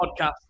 podcast